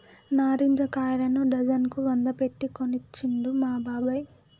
నారింజ కాయలను డజన్ కు వంద పెట్టి కొనుకొచ్చిండు మా బాబాయ్